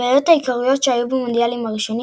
הבעיות העיקריות שהיו במונדיאלים הראשונים